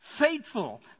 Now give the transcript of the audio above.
faithful